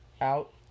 out